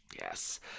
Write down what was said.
Yes